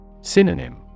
Synonym